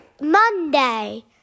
Monday